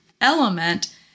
element